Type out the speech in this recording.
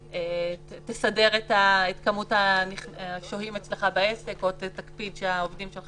"תסדר את כמות השוהים אצלך בעסק או תקפיד שהעובדים שלך